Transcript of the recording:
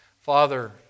Father